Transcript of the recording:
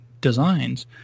designs